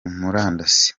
murandasi